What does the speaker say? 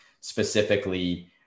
specifically